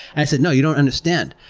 i said, no, you don't understand.